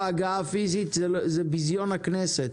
הפיזית זה ביזיון הכנסת.